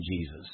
Jesus